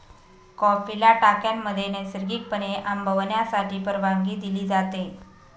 कॉफीला टाक्यांमध्ये नैसर्गिकपणे आंबवण्यासाठी परवानगी दिली जाते